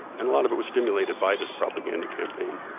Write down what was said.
and a lot of it was stimulated by this propaganda campaign